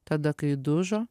tada kai dužo